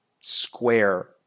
square